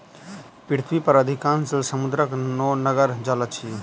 पृथ्वी पर अधिकांश जल समुद्रक नोनगर जल अछि